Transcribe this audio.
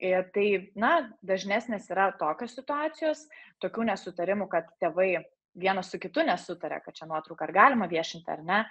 ir tai na dažnesnės yra tokios situacijos tokių nesutarimų kad tėvai vienas su kitu nesutaria kad šią nuotrauką ar galima viešinti ar ne